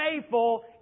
faithful